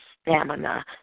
stamina